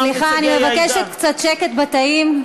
סליחה, אני מבקשת קצת שקט בתאים.